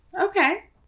Okay